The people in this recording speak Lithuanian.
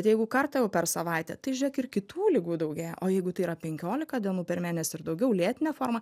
bet jeigu kartą jau per savaitę tai žiūrėk ir kitų ligų daugėja o jeigu tai yra penkiolika dienų per mėnesį ir daugiau lėtinė forma